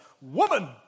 woman